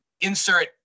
insert